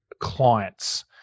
clients